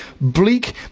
bleak